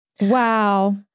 Wow